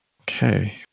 Okay